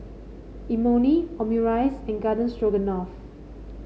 Imoni Omurice and Garden Stroganoff